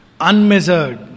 Unmeasured